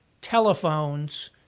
telephones